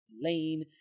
Lane